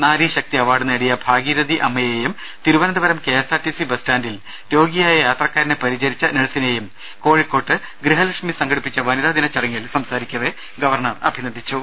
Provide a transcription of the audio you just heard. നാരീശക്തി award നേടിയ ഭാഗീരഥി അമ്മയെയും Thiruvananthapuram K S R T C bus സ്റ്റാന്റിൽ രോഗിയായ യാത്രക്കാരനെ പരിചരിച്ച നഴ്സിനെയും കോഴിക്കോട്ട് ഗൃഹലക്ഷ്മി സംഘടിപ്പിച്ച വനിതാദിന ചടങ്ങിൽ സംസാരിക്കവെ ഗവർണർ അഭിനന്ദിച്ചു